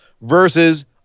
versus